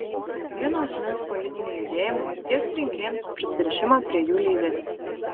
vieno asmens politiniai judėjimai diegs rinkėjams prisirišimą prie jų lyderių